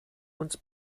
uns